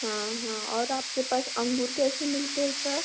हाँ हाँ और आपके पास अंगूर कैसे मिलते हैं सर